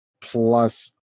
plus